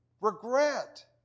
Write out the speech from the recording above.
regret